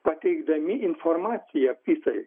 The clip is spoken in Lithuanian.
pateikdami informaciją pisai